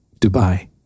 Dubai